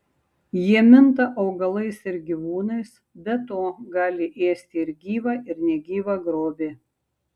jie minta augalais ir gyvūnais be to gali ėsti ir gyvą ir negyvą grobį